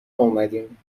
اومدیم